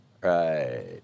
Right